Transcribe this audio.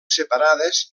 separades